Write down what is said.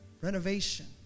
Renovation